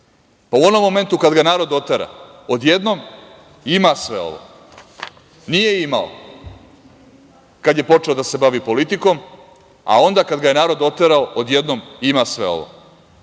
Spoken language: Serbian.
Pa, u onom momentu kad ga narod otera, odjednom ima sve ovo, nije imao kad je počeo da se bavi politikom, a onda kada ga je narod oterao, odjednom ima sve ovo.